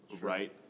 right